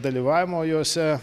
dalyvavimo jose